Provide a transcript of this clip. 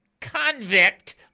convict